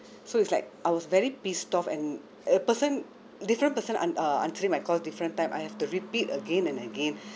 so it's like I was very pissed off and a person different person an~ uh answering my call different time I have to repeat again and again